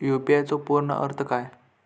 UPI चो पूर्ण अर्थ काय?